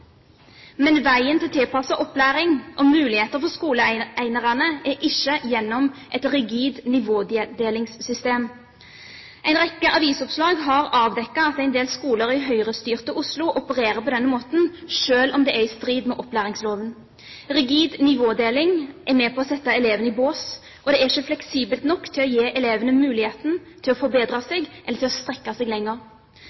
Men veien til tilpasset opplæring og muligheter for skoleenerne er ikke gjennom et rigid nivådelingssystem. En rekke avisoppslag har avdekket at en del skoler i Høyre-styrte Oslo opererer på denne måten, selv om det er i strid med opplæringsloven. Rigid nivådeling er med på å sette elevene i bås, og det er ikke fleksibelt nok til å gi elevene muligheten til å forbedre